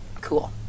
cool